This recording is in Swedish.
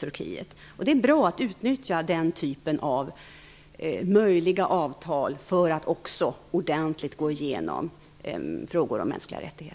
Turkiet. Det är bra att utnyttja den typen av möjliga avtal för att också ordentligt gå igenom frågor om mänskliga rättigheter.